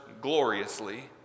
gloriously